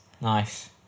Nice